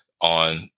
on